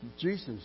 Jesus